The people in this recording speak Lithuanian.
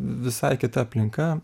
visai kita aplinka